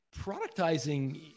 Productizing